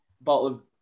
bottle